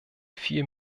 vier